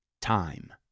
Time